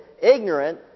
ignorant